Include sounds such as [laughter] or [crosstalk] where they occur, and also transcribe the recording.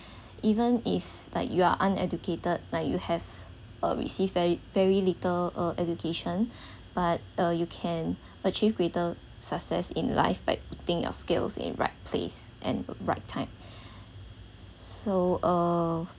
even if like you are uneducated like you have uh received very very little uh education [breath] but uh you can achieve greater success in life by putting your skills in right place and right time so uh